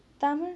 tamil